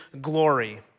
glory